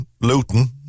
looting